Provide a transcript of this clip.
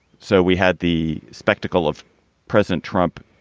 so we had the spectacle of president trump.